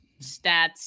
stats